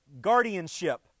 Guardianship